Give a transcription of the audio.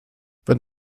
wenn